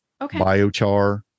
biochar